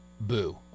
boo